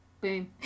boom